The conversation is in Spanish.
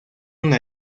una